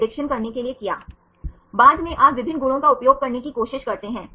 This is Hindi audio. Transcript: तो वे सामान्यतः प्रोटीन में द्वितीयक संरचनाएँ क्या होती हैं